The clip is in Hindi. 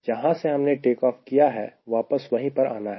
जहां से हमने टेक ऑफ किया है वापस वहीं पर आना है